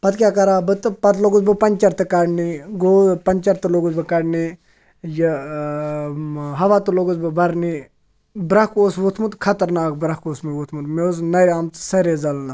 پَتہٕ کیٛاہ کَرٕہا بہٕ تہٕ پَتہٕ لوٚگُس بہٕ پَنٛچَر تہٕ کَڈنہِ گوٚو پَنٛچَر تہٕ لوٚگُس بہٕ کَڈنہِ یہِ ہَوا تہِ لوٚگُس بہٕ بَرنہِ بَرٛکھ اوس ووٚتھمُت خَطرناک بَرٛکھ اوس مےٚ ووٚتھمُت مےٚ اوس نَرِ آمٕژ سٲریٚے زٕلنہٕ